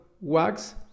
wax